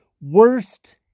worst